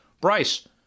Bryce